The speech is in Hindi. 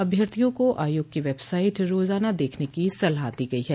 अभ्यर्थियों को आयोग की वेबसाइट रोजाना देखने की सलाह दी गई है